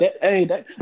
Hey